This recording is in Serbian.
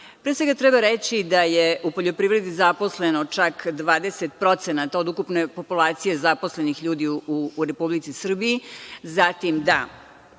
svega, treba reći da je u poljoprivredi zaposleno čak 20% od ukupne populacije zaposlenih ljudi u Republici Srbiji, zatim, da